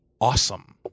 awesome